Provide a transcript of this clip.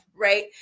right